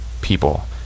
people